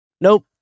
Nope